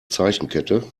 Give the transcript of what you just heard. zeichenkette